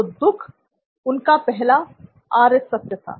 तो दुख उनका पहला आर्य सत्य था